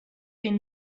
been